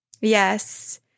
Yes